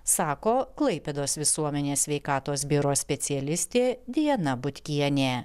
sako klaipėdos visuomenės sveikatos biuro specialistė diana butkienė